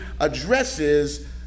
addresses